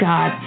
God